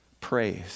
praise